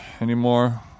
anymore